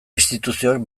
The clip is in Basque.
instituzioek